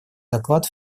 доклад